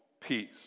peace